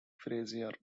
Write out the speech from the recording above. frazier